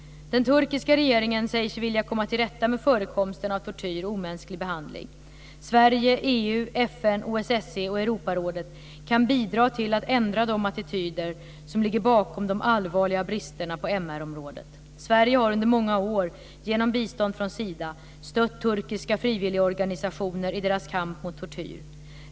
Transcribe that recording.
Den turkiska regeringen säger sig vilja komma till rätta med förekomsten av tortyr och omänsklig behandling. Sverige, EU, FN, OSSE och Europarådet kan bidra till att ändra de attityder som ligger bakom de allvarliga bristerna på MR-området. Sverige har under många år, genom bistånd från Sida, stött turkiska frivilligorganisationer i deras kamp mot tortyr.